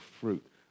fruit